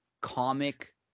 comic